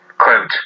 Quote